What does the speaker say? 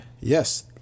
Yes